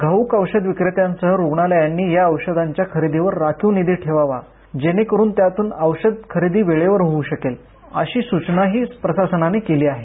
घाऊक औषध विक्रेत्यांसह रुग्णालयांनी या औषधांच्या खरेदीसाठी राखीव निधी ठेवावा जेणेकरून त्यातून औषध खरेदी वेळेवर होऊ शकेल अशी सूचनाही प्रशासनानं केली आहे